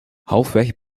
halfweg